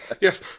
yes